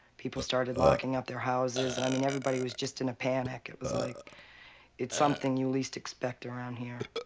people started locking up their houses. and i mean, everybody was just in a panic. it was like it's something you least expect around here.